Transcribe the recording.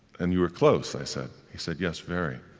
and you were close, i said. he said, yes, very.